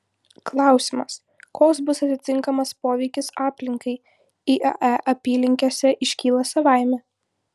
klausimas koks bus atitinkamas poveikis aplinkai iae apylinkėse iškyla savaime